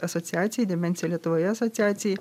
asociacijai demencija lietuvoje asociacijai